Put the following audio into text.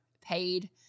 paid